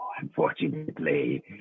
unfortunately